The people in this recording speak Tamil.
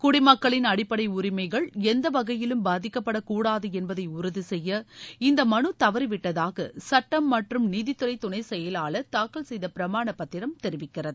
குடிமக்களின் அடிப்படை உரிமைகள் எந்த வகையிலும் பாதிக்கப்பட கூடாது என்பதை உறுதி செய்ய இந்த மனு தவறிவிட்டதாக சட்டம் மற்றும் நீதித்துறை துணைச் செயலாளர் தாக்கல் செய்த பிரமாளப் பத்திரம் தெரிவிக்கிறது